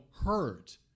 hurt